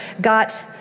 got